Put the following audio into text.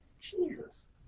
Jesus